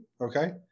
okay